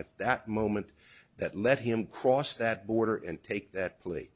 at that moment that let him cross that border and take that plea